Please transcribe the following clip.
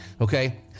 okay